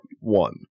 one